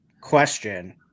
question